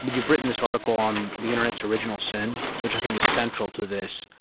but you've written this article on the internet's original sin, which i think is central to this,